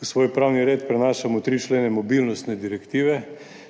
v svoj pravni red prenašamo tri člene mobilnostne direktive,